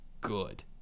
good